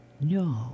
No